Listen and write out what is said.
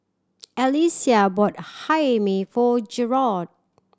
Alysia bought Hae Mee for Jerod